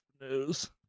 News